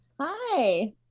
Hi